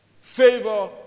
Favor